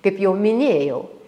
kaip jau minėjau